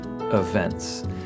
events